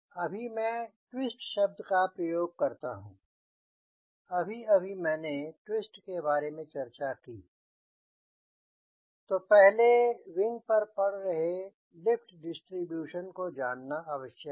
अभी मैं ट्विस्ट शब्द का प्रयोग करता हूँ अभी अभी मैंने ट्विस्ट के बारे में चर्चा करी तो पहले विंग पर पड़ रहे लिफ्ट डिस्ट्रीब्यूशन को जानना आवश्यक है